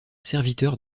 serviteur